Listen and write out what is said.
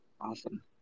Awesome